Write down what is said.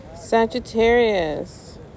Sagittarius